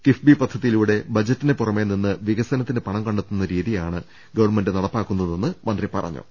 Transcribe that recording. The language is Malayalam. കിഫ്ബി പദ്ധതിയിലൂടെ ബജറ്റിന് പുറമെനിന്ന് വിക സനത്തിന് പണം കണ്ടെത്തുന്ന രീതിയാണ് ഗവൺമെന്റ് നടപ്പാക്കുന്നതെന്ന് മന്ത്രി പറഞ്ഞു